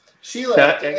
Sheila